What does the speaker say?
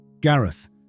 Gareth